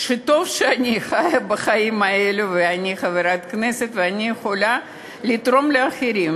אני הייתי מציע לחברי לצאת, כאן, לא רחוק,